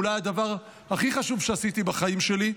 אולי הדבר הכי חשוב שעשיתי בחיים שלי.